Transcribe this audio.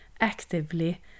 actively